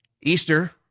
Easter